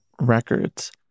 records